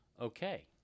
Okay